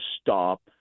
stop